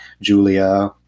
Julia